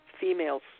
females